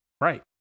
Right